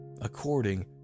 according